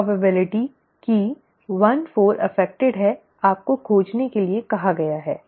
संभावना कि 14 प्रभावित है आपको खोजने के लिए कहा गया है ठीक है